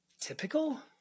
Typical